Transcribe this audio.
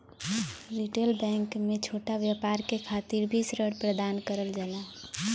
retail bank में छोटा व्यापार के खातिर भी ऋण प्रदान करल जाला